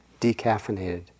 decaffeinated